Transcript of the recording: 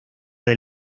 del